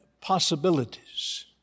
possibilities